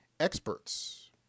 experts